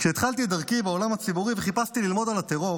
כשהתחלתי את דרכי בעולם הציבורי וחיפשתי ללמוד על הטרור,